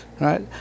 right